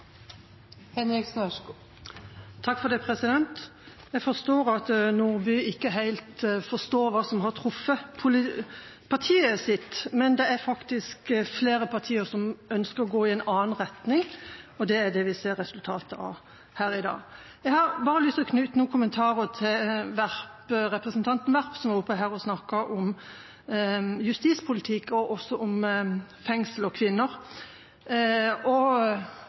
Jeg forstår at Nordby Lunde ikke helt forstår hva som har truffet partiet hennes, men det er faktisk flere partier som ønsker å gå i en annen retning, og det er det vi ser resultatet av her i dag. Jeg har bare lyst til å knytte noen kommentarer til representanten Werp, som var oppe her og snakket om justispolitikk og også om fengsel og kvinner. Den eneste store saken vi har fått fra Justisdepartementet når det gjelder kriminalomsorgen, var en stortingsmelding, og